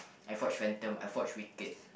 I've watched Phantom I've watched Wicked